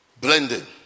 Blending